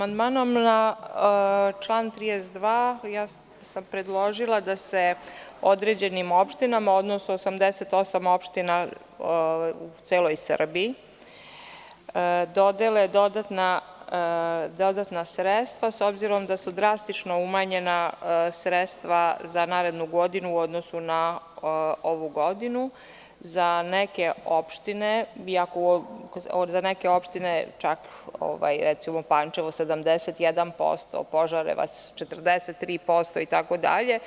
Amandmanom na član 32, predložila sam da se određenim opštinama, odnosno 88 opština u celoj Srbiji dodele dodatna sredstva, s obzirom da su drastično umanjena sredstva za narednu godinu, u odnosu na ovu godinu za neke opštine čak, recimo, Pančevo 71%, Požarevac 43%, itd.